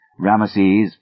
Ramesses